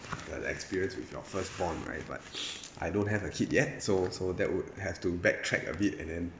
you got experience with your firstborn right but I don't have a kid yet so so that would have to backtrack a bit and then